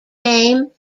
name